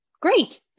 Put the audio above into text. great